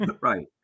right